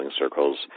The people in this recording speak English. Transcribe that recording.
circles